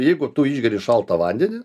jeigu tu išgeri šaltą vandenį